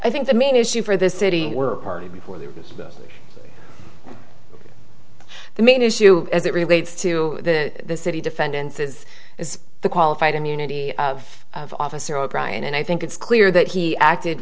i think the main issue for the city were party before the the main issue as it relates to the city defendants is is the qualified immunity of of officer o'brien and i think it's clear that he acted